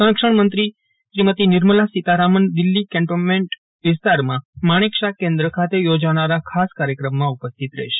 સંરક્ષણ મંત્રી નિરમલા સિતારમન દિલ્હી કેન્ટોમેન્ટ વિસ્તારમાં માજીક શાહ કેન્દ્ર ખાતે યોજાનારા ખાસ કાર્યક્રમમાં ઉપસ્થિત રહેશે